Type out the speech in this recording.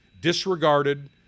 disregarded